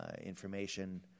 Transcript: information